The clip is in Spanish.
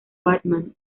batman